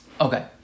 Okay